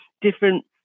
different